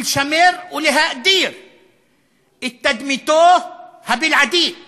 ולשמר ולהאדיר את תדמיתו הבלעדית